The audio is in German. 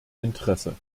interesse